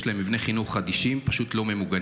יש להם מבני חינוך חדישים, פשוט לא ממוגנים.